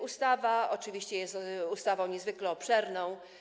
Ustawa oczywiście jest ustawą niezwykle obszerną.